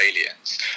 aliens